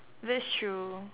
that's true